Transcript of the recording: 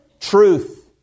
Truth